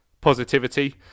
positivity